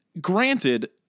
Granted